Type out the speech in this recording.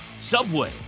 Subway